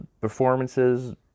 Performances